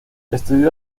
estudió